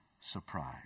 surprise